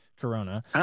Corona